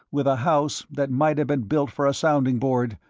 with a house that might have been built for a sounding-board,